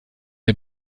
der